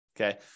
okay